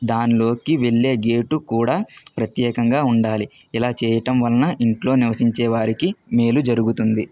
దానిలోకి వెళ్ళే గేటు కూడా ప్రత్యేకంగా ఉండాలి ఇలా చేయటం వలన ఇంట్లో నివసించే వారికి మేలు జరుగుతుంది